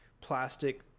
plastic